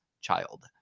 child